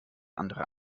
andere